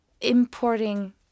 importing